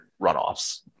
runoffs